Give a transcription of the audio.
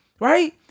right